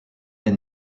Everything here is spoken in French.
est